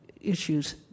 issues